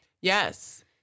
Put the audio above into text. Yes